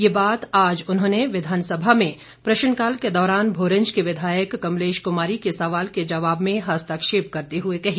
ये बात आज उन्होंने विधानसभा में प्रश्नकाल के दौरान भोरंज की विधायक कमलेश कुमारी के सवाल के जवाब में हस्तक्षेप करते हुए कही